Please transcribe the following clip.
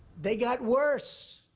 they got worse.